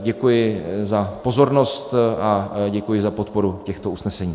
Děkuji za pozornost a děkuji za podporu těchto usnesení.